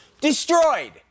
destroyed